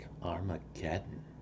Armageddon